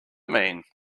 mean